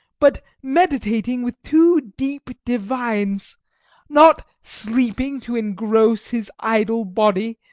but meditating with two deep divines not sleeping, to engross his idle body,